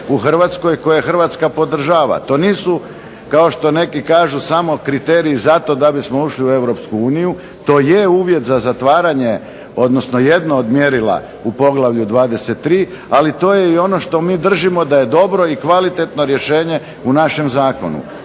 u Hrvatskoj, koje Hrvatska podržava. To nisu kao što neki kažu samo kriteriji zato da bismo ušli u Europsku uniju. To je uvjet za zatvaranje, odnosno jedno od mjerila u poglavlju 23., ali to je i ono što mi držimo da je dobro i kvalitetno rješenje u našem zakonu.